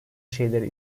şeyleri